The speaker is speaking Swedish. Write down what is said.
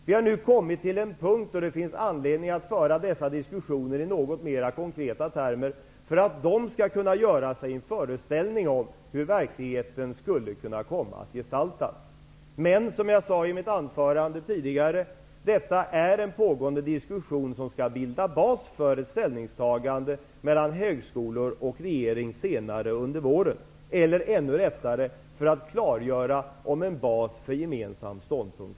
Vi har nu kommit till en punkt då det finns anledning att föra dessa diskussioner i något mera konkreta termer för att dessa högskolor skall kunna göra sig en föreställning om hur verkligheten kan komma att gestalta sig. Men, som jag tidigare sade, detta är en pågående diskussion som skall utgöra bas för ett gemensamt ställningstagande av högskolor och regering senare under våren, eller rättare sagt: pågående diskussioner för att klargöra om det finns en bas för en gemensam ståndpunkt.